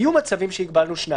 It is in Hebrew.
היו מצבים שהגבלנו שניים.